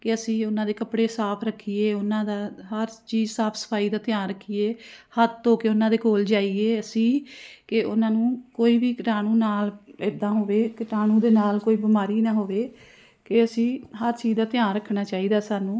ਕਿ ਅਸੀਂ ਉਹਨਾਂ ਦੇ ਕੱਪੜੇ ਸਾਫ਼ ਰੱਖੀਏ ਉਹਨਾਂ ਦਾ ਹਰ ਚੀਜ਼ ਸਾਫ਼ ਸਫਾਈ ਦਾ ਧਿਆਨ ਰੱਖੀਏ ਹੱਥ ਧੋ ਕੇ ਉਹਨਾਂ ਦੇ ਕੋਲ ਜਾਈਏ ਅਸੀਂ ਕਿ ਉਹਨਾਂ ਨੂੰ ਕੋਈ ਵੀ ਕੀਟਾਣੂ ਨਾ ਇੱਦਾਂ ਹੋਵੇ ਕੀਟਾਣੂ ਦੇ ਨਾਲ ਕੋਈ ਬਿਮਾਰੀ ਨਾ ਹੋਵੇ ਕਿ ਅਸੀਂ ਹਰ ਚੀਜ਼ ਦਾ ਧਿਆਨ ਰੱਖਣਾ ਚਾਹੀਦਾ ਸਾਨੂੰ